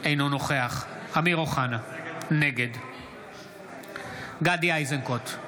אינו נוכח אמיר אוחנה, נגד גדי איזנקוט,